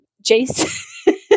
Jason